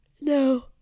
No